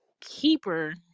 Keeper